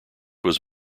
was